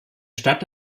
stadt